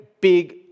big